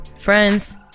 friends